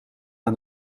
aan